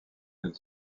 elle